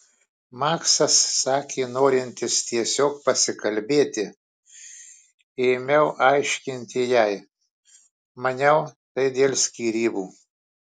maksas sakė norintis tiesiog pasikalbėti ėmiau aiškinti jai maniau tai dėl skyrybų